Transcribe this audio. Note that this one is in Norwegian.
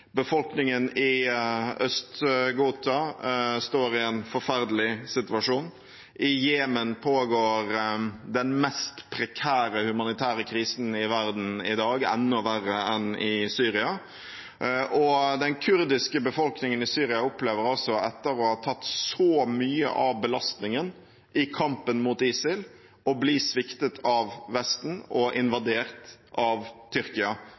Befolkningen i Øst-Ghouta står i en forferdelig situasjon. I Jemen pågår den mest prekære humanitære krisen i verden i dag, enda verre enn i Syria. Og den kurdiske befolkningen i Syria opplever, etter å ha tatt så mye av belastningen i kampen mot ISIL, å bli sviktet av Vesten og invadert av Tyrkia